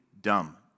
dumb